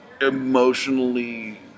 emotionally